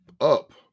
up